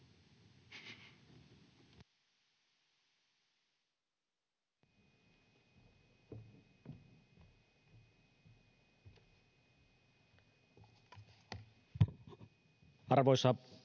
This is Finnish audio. arvoisa